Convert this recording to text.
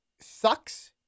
sucks